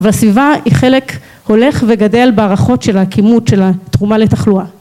‫והסביבה היא חלק הולך וגדל ‫בערכות של הקימות של התרומה לתחלואה.